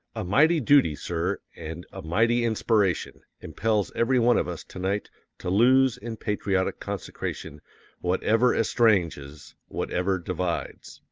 a mighty duty, sir, and a mighty inspiration impels every one of us to-night to lose in patriotic consecration whatever estranges, whatever divides.